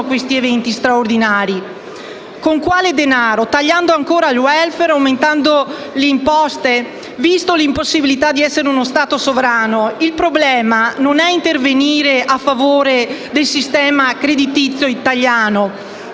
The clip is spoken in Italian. questi eventi straordinari? Con quale denaro? Tagliando ancora il *welfare* o aumentando le imposte? Considerata l'impossibilità di essere uno Stato sovrano, il problema non è intervenire in favore del sistema creditizio italiano,